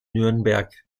nürnberg